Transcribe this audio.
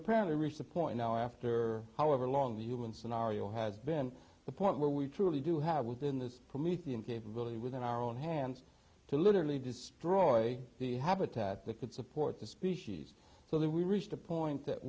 apparently reached the point now after however long the human scenario has been the point where we truly do have within the promethean capability within our own hands to literally destroy the habitat that could support the species so that we reached a point that